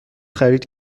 خرید